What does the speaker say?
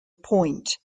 point